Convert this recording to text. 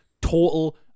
total